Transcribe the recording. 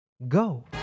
Go